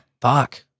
Fuck